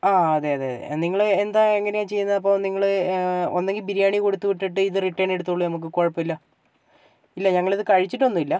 ആ അതെയതെ നിങ്ങൾ എന്താ എങ്ങനെയാണ് ചെയ്യുന്നതപ്പോൾ നിങ്ങൾ ഒന്നെങ്കിൽ ബിരിയാണി കൊടുത്തുവിട്ടിട്ട് ഇത് റിട്ടേൺ എടുത്തോളു നമുക്ക് കുഴപ്പമില്ല ഇല്ല ഞങ്ങളിത് കഴിച്ചിട്ടൊന്നുമില്ല